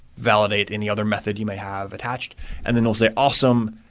validate any other method you may have attached and then we'll say, awesome.